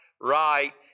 right